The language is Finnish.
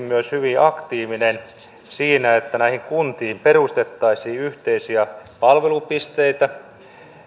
myös hyvin aktiivinen siinä että näihin kuntiin perustettaisiin yhteisiä palvelupisteitä